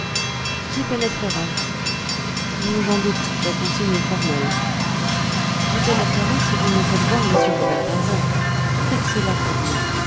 j'y pénétrerai j'en doute la consigne est formelle j'y pénétrerai si vous me faites voir m robert darzac faites cela pour moi